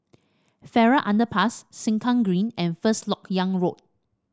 Farrer Underpass Sengkang Green and First LoK Yang Road